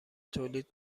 تولید